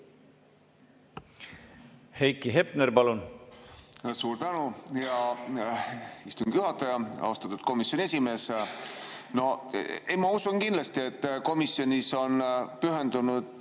Heiki Hepner, palun! Suur tänu, hea istungi juhataja! Austatud komisjoni esimees! Ma usun kindlasti, et komisjonis on pühendunud